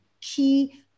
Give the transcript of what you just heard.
key